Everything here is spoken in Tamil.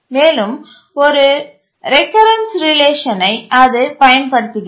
மேலும் ஒரு ரெகரென்ஸ் ரிலேஷனை அது பயன் படுத்துகிறது